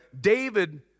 David